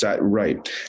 right